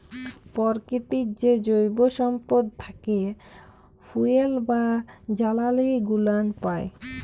পরকিতির যে জৈব সম্পদ থ্যাকে ফুয়েল বা জালালী গুলান পাই